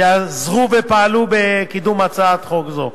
שעזרו ופעלו בקידום הצעת חוק זו.